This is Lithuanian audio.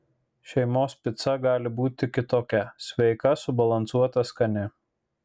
šeimos pica gali būti kitokia sveika subalansuota skani